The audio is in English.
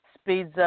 speeds